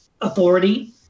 authority